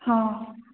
ହଁ